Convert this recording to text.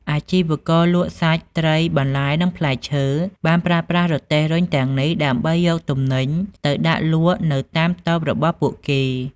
អាជីវករលក់សាច់ ត្រី បន្លែ និងផ្លែឈើបានប្រើប្រាស់រទេះរុញទាំងនេះដើម្បីយកទំនិញទៅដាក់លក់នៅតាមតូបរបស់ពួកគេ។